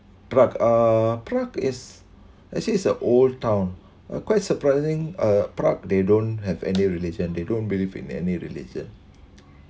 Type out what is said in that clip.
prague uh prague is actually it's a old town uh quite surprising uh prague they don't have any religion they don't believe in any religion